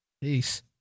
Peace